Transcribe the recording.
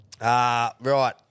Right